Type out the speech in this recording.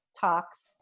talks